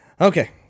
Okay